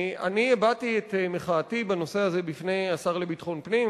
אני הבעתי את מחאתי בנושא הזה בפני השר לביטחון פנים,